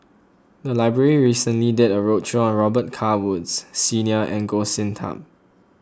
the library recently did a roadshow on Robet Carr Woods Senior and Goh Sin Tub